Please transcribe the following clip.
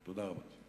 תודה רבה.